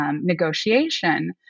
negotiation